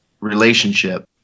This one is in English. relationship